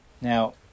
Now